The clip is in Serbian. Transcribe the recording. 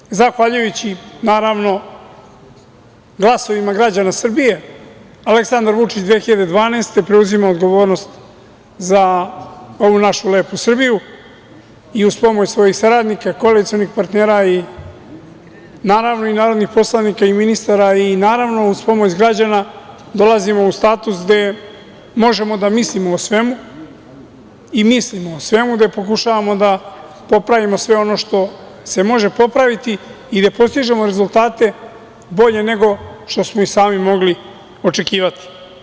Naravno, zahvaljujući glasovima građana Srbije, Aleksandar Vučić 2012. godine preuzima odgovornost za ovu našu lepu Srbiju i uz pomoć svojih saradnika, koalicionih partnera i narodnih poslanika i ministara i uz pomoć građana dolazimo u status gde možemo da mislimo o svemu i mislimo o svemu, gde pokušavamo da popravimo sve ono što se može popraviti i gde postižemo rezultate bolje nego što smo i sami mogli očekivati.